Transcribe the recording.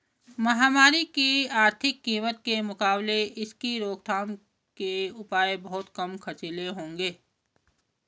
महामारी की आर्थिक कीमत के मुकाबले इसकी रोकथाम के उपाय बहुत कम खर्चीले होंगे